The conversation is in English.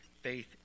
faith